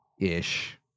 ish